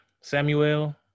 Samuel